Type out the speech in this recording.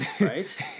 Right